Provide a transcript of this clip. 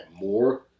more